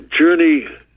journey